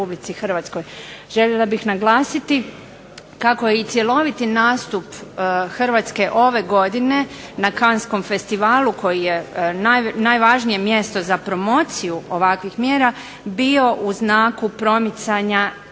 djela u RH. Željela bih naglasiti kako je i cjeloviti nastup Hrvatske ove godine na Canneskom festivalu koji je najvažnije mjesto za promociju ovakvih mjera bio u znaku promicanja